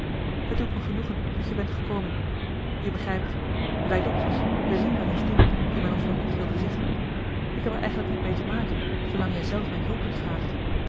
doet me genoegen dat je bent gekomen je begrijpt wij dokters we zien wel eens dingen die men ons nog niet wilde zeggen ik heb er eigenlijk niet mee te maken zoolang jijzelf mijn hulp niet vraagt